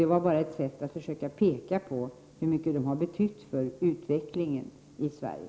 Det var bara ett sätt att försöka peka på hur mycket de har betytt för utvecklingen i Sverige.